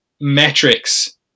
metrics